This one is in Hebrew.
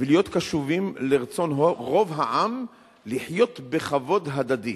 ולהיות קשובים לרצון רוב העם לחיות בכבוד הדדי.